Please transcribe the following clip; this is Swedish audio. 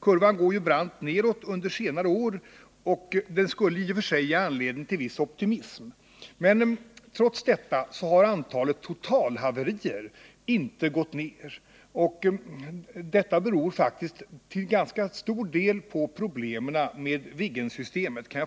Kurvan går brant nedåt under senare år och skulle i och för sig ge anledning till viss optimism. Men trots detta har antalet totalhaverier inte gått ned. Detta beror faktiskt till ganska stor del på problemen med Viggensystemet.